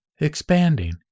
Expanding